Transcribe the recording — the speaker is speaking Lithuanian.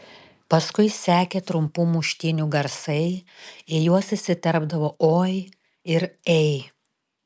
paskui sekė trumpų muštynių garsai į juos įsiterpdavo oi ir ei